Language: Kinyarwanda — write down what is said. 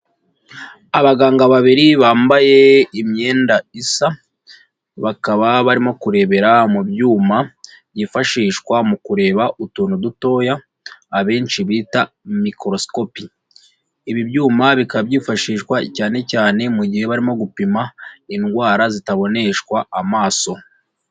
Abaganga babiri bambaye imyenda isa, bakaba barimo kurebera mu byuma byifashishwa mu kureba utuntu dutoya abenshi bita mikorosikopi, ibi byuma bikaba byifashishwa cyane cyane mu gihe barimo gupima indwara zitaboneshwa amaso.